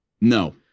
No